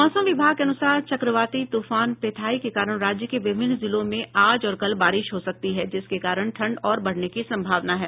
मौसम विभाग के अनुसार चक्रवाती तुफान पेथाई के कारण राज्य के विभिन्न जिलों में आज और कल बारिश हो सकती है जिसके कारण ठंड और बढ़ने की संभावना है